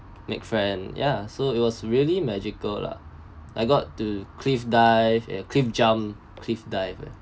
make friend ya so it was really magical lah I got to cliff dive and cliff jump cliff dive eh